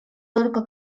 только